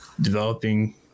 developing